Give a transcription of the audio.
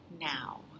now